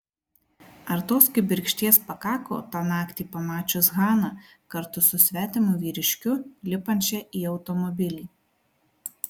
ar tos kibirkšties pakako tą naktį pamačius haną kartu su svetimu vyriškiu lipančią į automobilį